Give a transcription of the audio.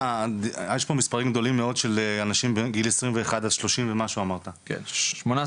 יש פה מספרים גדולים מאוד של אנשים בגיל 21 עד 30 ומשהו אמרת כן,